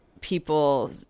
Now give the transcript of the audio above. people